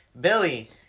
Billy